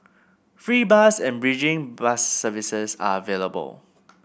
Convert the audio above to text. free bus and bridging bus services are available